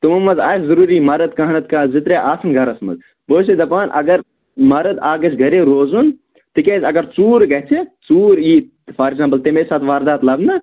تِمو منٛز آسہِ ضروٗری مرٕد کانٛہہ نَتہٕ کانٛہہ زٕ ترٛے آسان گَرس منٛز بہٕ حظ چھُس دَپان اگرَ مرد اکھ گژھِ گَرے روزُن تِکیٛازِ اگر ژوٗر گژھِ ژوٗر یی فار ایکزامپُل تٔمۍ ساتہٕ واردات لَبنہٕ